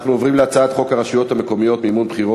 אני קובע כי הצעת חוק שכר שווה לעובדת ולעובד (תיקון מס' 3),